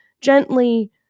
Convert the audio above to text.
gently